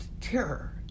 terror